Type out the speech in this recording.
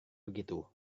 begitu